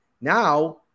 Now